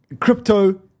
crypto